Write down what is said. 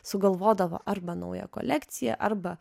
sugalvodavo arba naują kolekciją arba